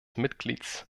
mitglieds